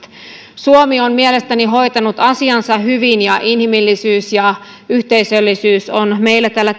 suomi on mielestäni hoitanut asiansa hyvin ja inhimillisyys ja yhteisöllisyys ovat meillä täällä